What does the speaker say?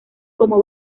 como